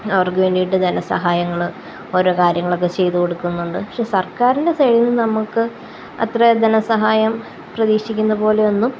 അവര്ക്കുവേണ്ടിയിട്ട് ധനസഹായങ്ങള് ഓരോ കാര്യങ്ങളൊക്കെ ചെയ്ത് കൊടുക്കുന്നുണ്ട് പക്ഷേ സര്ക്കാരിന്റെ സൈഡില് നിന്ന് നമുക്ക് അത്ര ധനസഹായം പ്രതീക്ഷിക്കുന്ന പോലെയൊന്നും